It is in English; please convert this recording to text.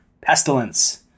Pestilence